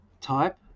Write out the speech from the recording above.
type